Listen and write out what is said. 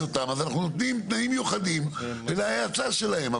אותם אז אנחנו נותנים תנאים מיוחדים להאצה שלהם.